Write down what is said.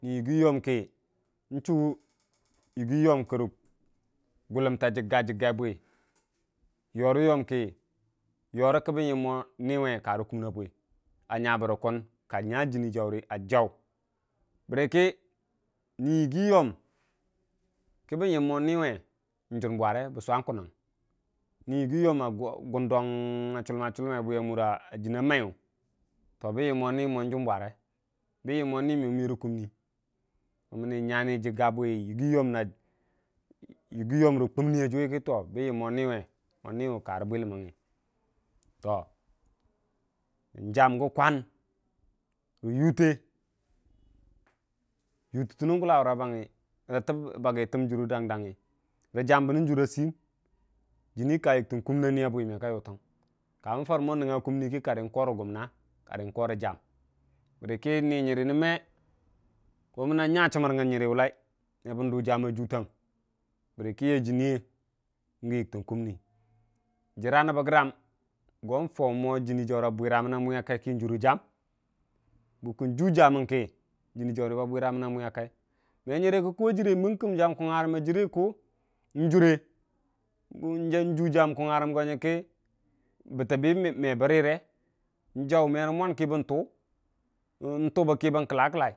ni yəggi yo yomki gulənte a jiggə jiggai yo kə bən yəmmo niwe karə kumni a bwi a nya bərə kun ka nya jənni jaurə a jau nərəkə ni yigi yom ki bən yəumo n'we n'nywu bware bə swangkunang yigi yom gunding a chulmachumai a mura jənni na maiyu bən yən mo niwu merə kumni kə bən yəmwo niwe karə kumni jam gən kwan rə yutəttə nən gula wura bangngi rə yi baggi tən jurə dang danngi rə jambə nən jura siyəm jənni ka yiktən kumni a nəya bwi me ka yutən karən korə jam bərəkə ni nyəra nən moko mənna nya nchəmmər nyara wullai me bən du kai jutang bərəkə gən yitən kumni jirra nəba gram go mən fau mo jənni jaurə a bwiramən a kaikə n'jurə jam bukkə juu jam mən k jənni jaurə ba bwəramən na ka me nyərə kə ku jam kungngarən a jərre ku bəttəbə mbə rəre jam rə mwan kə bən tu.